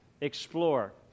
Explore